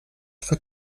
für